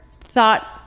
thought